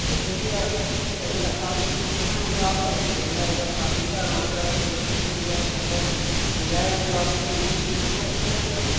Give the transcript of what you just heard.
पर भैया ये कहिए आप स्कूल खोले हैं तो आप का भी तो धंधा है तो आप ही का यहाँ पर अगर कोई फीस कम कराय बताता है मिल जाएगा तो आप आपको अच्छा लगेगा